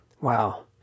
Wow